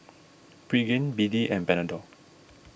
Pregain B D and Panadol